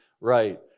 right